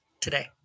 today